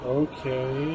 okay